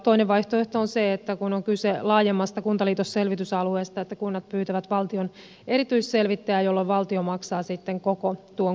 toinen vaihtoehto on se kun on kyse laajemmasta kuntaliitosselvitysalueesta että kunnat pyytävät valtion erityisselvittäjää jolloin valtio maksaa sitten koko tuon kustannuksen